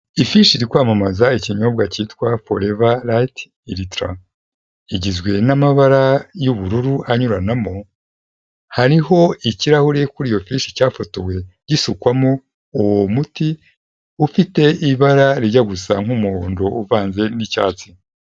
Ifishi iri kwamamaza ikinyobwa cyitwa Forever Lite Ultra, igizwe n'amabara y'ubururu anyuranamo, hariho ikirahure kuri iyo fishi cyafotowe gisukwamo uwo muti, ufite ibara rijya gusa nk'umuhondo uvanze n'icyatsi.